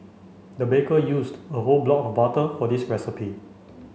the baker used a whole block of butter for this recipe